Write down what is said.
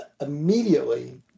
immediately